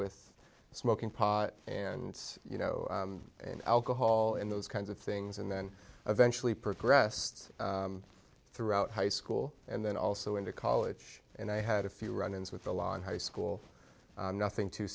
with smoking pot and you know alcoholism those kinds of things and then eventually progressed throughout high school and then also into college and i had a few run ins with the law in high school nothing too